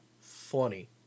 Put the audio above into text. funny